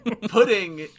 Pudding